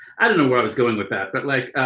i don't know where i was going with that. but like